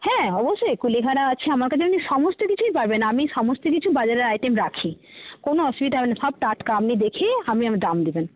হ্যাঁ অবশ্যই কুলেখাড়া আছে আমার কাছে সমস্ত কিছুই পাবেন আমি সমস্ত কিছু বাজারের আইটেম রাখি কোনো অসুবিধা হবে না সব টাটকা আপনি দেখে আমায় দাম দেবেন